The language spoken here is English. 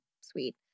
sweet